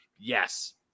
yes